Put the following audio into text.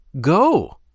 Go